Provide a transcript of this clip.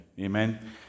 Amen